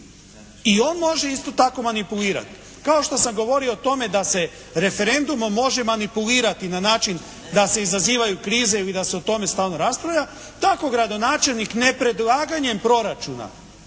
I on može isto tako manipulirati. Kao što sam govorio o tome da se referendumom može manipulirati na način da se izazivaju krize ili da se o tome raspravlja, tako gradonačelnik ne predlaganjem proračuna,